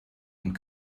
und